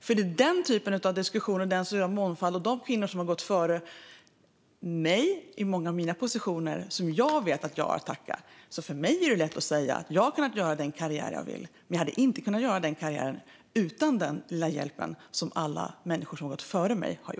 För mig är det lätt att säga att jag själv har kunnat göra den karriär jag har velat, men jag hade inte kunnat göra den karriären utan hjälp av de kvinnor som gått före mig.